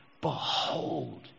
Behold